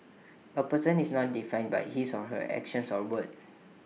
A person is not defined by his or her actions or words